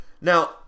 now